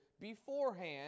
beforehand